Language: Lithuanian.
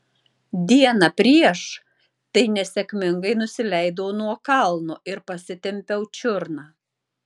dieną prieš tai nesėkmingai nusileidau nuo kalno ir pasitempiau čiurną